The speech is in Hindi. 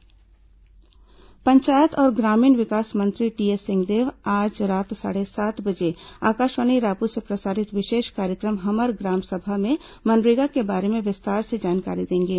हमर ग्राम सभा पंचायत और ग्रामीण विकास मंत्री टीएस सिंहदेव आज रात साढ़े सात बजे आकाशवाणी रायपुर से प्रसारित विशेष कार्यक्रम हमर ग्राम सभा में मनरेगा के बारे में विस्तार से जानकारी देंगे